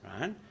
right